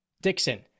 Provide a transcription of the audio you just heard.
Dixon